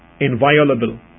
inviolable